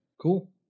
Cool